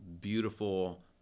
beautiful